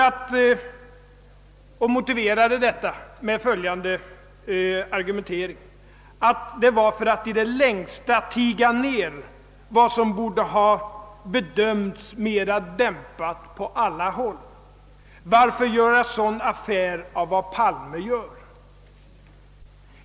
Han motiverade saken med att detta hade skett för att i det längsta försöka tiga ned vad som borde ha bedömts mera dämpat på andra håll; varför göra sådan affär av vad herr Palme gör?